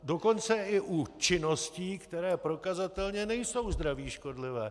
Dokonce i u činností, které prokazatelně nejsou zdraví škodlivé.